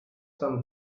some